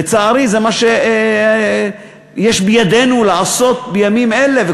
לצערי זה מה שיש בידנו לעשות בימים אלה.